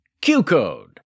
Q-Code